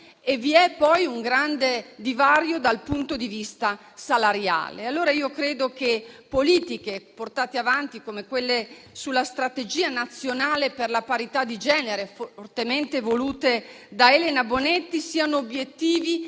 Vi è poi un grande divario dal punto di vista salariale. Ritengo pertanto che politiche portate avanti come quelle sulla strategia nazionale per la parità di genere, fortemente volute da Elena Bonetti, siano obiettivi